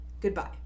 Goodbye